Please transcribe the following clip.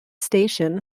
station